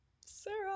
Sarah